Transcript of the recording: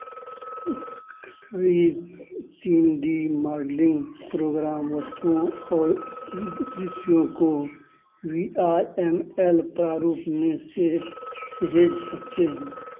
कई तीन D modelling program वस्तुओं और दृश्यों को वी आर एम एल प्रारूप में सहे सहज सकते हैं